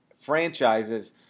franchises